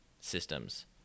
systems